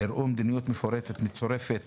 הראו מדיניות מפורטת מצורפת